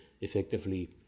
effectively